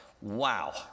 Wow